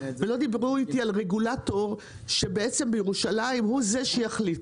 ולא דיברו איתי על רגולטור שבעצם בירושלים הוא זה שיחליט,